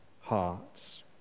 hearts